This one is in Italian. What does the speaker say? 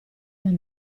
dal